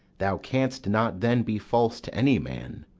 thou canst not then be false to any man.